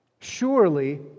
surely